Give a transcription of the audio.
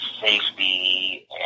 safety